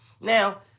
Now